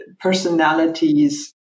personalities